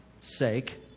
sake